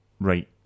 right